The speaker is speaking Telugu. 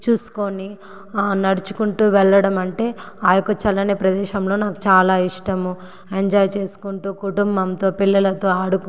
చూసుకోని ఆ నడుచుకుంటు వెళ్ళడమంటే ఆ యొక్క చల్లని ప్రదేశంలో నాకు చాలా ఇష్టము ఎంజాయ్ చేసుకుంటు కుటుంబంతో పిల్లలతో ఆడుకు